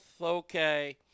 okay